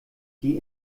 die